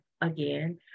again